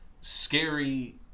scary